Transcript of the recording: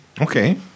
Okay